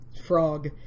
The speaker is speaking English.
frog